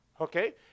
Okay